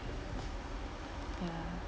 ya